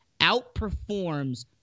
outperforms